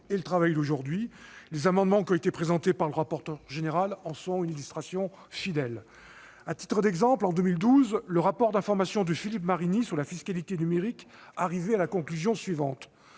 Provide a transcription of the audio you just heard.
et le travail d'aujourd'hui. Les amendements qui ont été présentés par le rapporteur en sont une illustration fidèle. À titre d'exemple, en 2012, le rapport d'information de Philippe Marini sur la fiscalité numérique concluait que